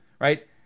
right